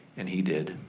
and he did,